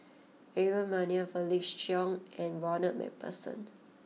Aaron Maniam Felix Cheong and Ronald MacPherson